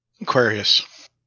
Aquarius